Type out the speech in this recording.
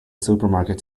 supermarket